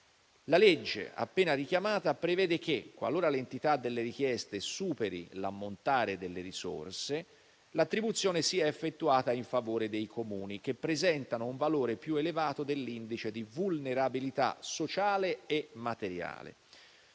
La legge appena richiamata prevede che, qualora l'entità delle richieste superi l'ammontare delle risorse, l'attribuzione sia effettuata in favore dei Comuni che presentano un valore più elevato dell'indice di vulnerabilità sociale e materiale.